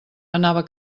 anava